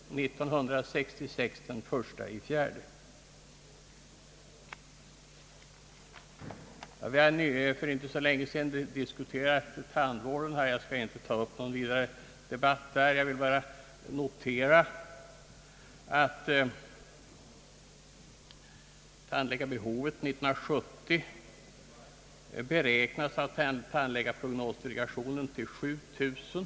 Vi har för inte så länge sedan diskuterat tandvården, och jag skall inte ta upp någon debatt om den. Jag vill bara notera att tandläkarbehovet år 1970 beräknas av tandläkarprognosdelegationen till 7000.